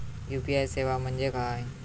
UPI सेवा म्हणजे काय?